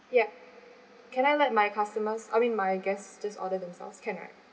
ya can I let my customers I mean my guests just order themselves can right